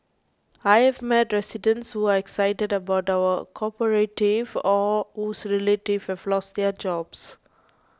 I've met residents who are excited about our cooperative or whose relatives have lost their jobs